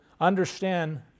understand